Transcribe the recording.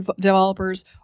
developers